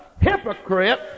hypocrite